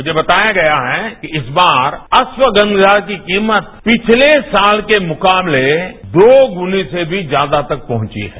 मुझे बताया गया है कि इस बार अश्वगंघा की कीमत पैछले साल के मुकाबले दो गुनी से भी ज्यादा तक पहुंची है